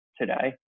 today